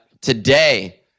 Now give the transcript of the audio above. Today